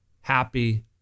happy